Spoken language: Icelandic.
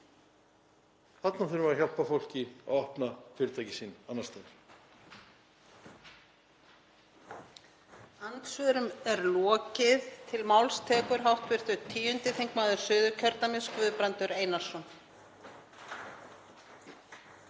Þarna þurfum við að hjálpa fólki að opna fyrirtæki sín annars staðar.